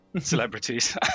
celebrities